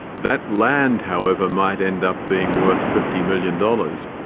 that land however might end up being worth fifty million dollars,